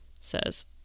Says